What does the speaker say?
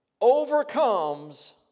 overcomes